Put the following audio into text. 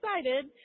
excited